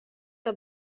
que